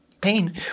pain